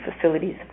facilities